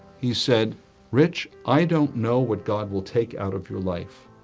he said rich i don't know. what god will take out of your life,